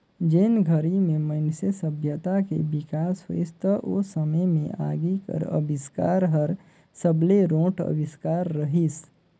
जेन घरी में मइनसे सभ्यता के बिकास होइस त ओ समे में आगी कर अबिस्कार हर सबले रोंट अविस्कार रहीस